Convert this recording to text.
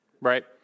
right